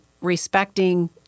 respecting